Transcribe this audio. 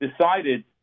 decided